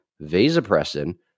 vasopressin